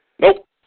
Nope